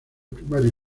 primarios